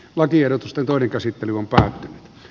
lakiehdotusten toinen käsittely on päättynyt